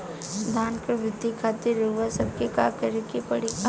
धान क वृद्धि खातिर रउआ सबके का करे के पड़ी?